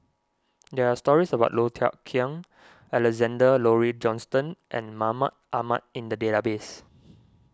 there are stories about Low Thia Khiang Alexander Laurie Johnston and Mahmud Ahmad in the database